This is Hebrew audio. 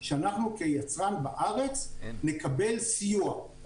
שאנחנו כיצרן בארץ נקבל כסיוע.